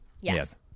Yes